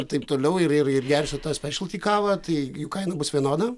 ir taip toliau ir ir ir gersiu tą spešelty kavą tai jų kaina bus vienoda